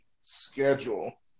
schedule